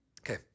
Okay